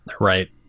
right